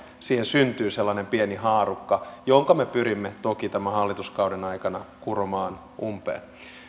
siihen syntyy sellainen pieni haarukka jonka me pyrimme toki tämän hallituskauden aikana kuromaan umpeen